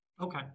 Okay